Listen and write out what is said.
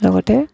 লগতে